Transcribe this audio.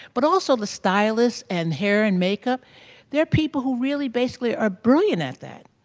but also the stylist and hair and makeup they're people who really basically are brilliant at that.